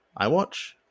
iWatch